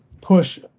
push